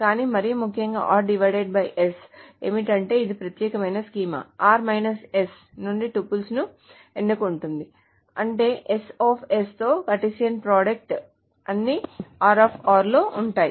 కానీ మరీ ముఖ్యంగా ఏమిటంటే ఈ ప్రత్యేకమైన స్కీమా నుండి టుపుల్స్ ను ఎన్నుకుంటుంది అంటే s తో కార్టెసియన్ ప్రోడక్ట్ అన్నీ r లో ఉంటాయి